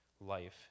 life